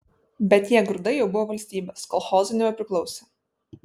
bet tie grūdai jau buvo valstybės kolchozui nebepriklausė